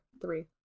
three